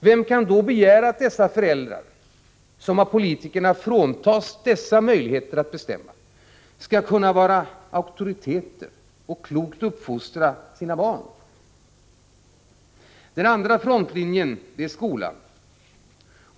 Vem kan då begära att dessa föräldrar, som av politikerna fråntas dessa möjligheter att bestämma, skall kunna vara auktoriteter och klokt uppfostra sina barn? Den andra frontlinjen är skolan.